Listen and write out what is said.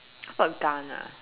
how about gun ah